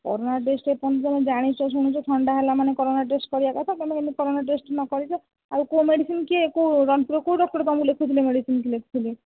corona test ଏପର୍ଯ୍ୟନ୍ତ ଜାଣିଛ ଶୁଣିଛ ଥଣ୍ଡା ହେଲା ମାନେ କରୋନା ଟେଷ୍ଟ କରାଇବା କଥା ତୁମେ କେମିତି କରୋନା ଟେଷ୍ଟ ନ କରାଇଛ ଆଉ କେଉଁ ମେଡ଼ିସିନ କିଏ କେଉଁ ଡକ୍ଟର ତୁମକୁ ମେଡ଼ିସିନ ତୁମକୁ ଲେଖିଥିଲେ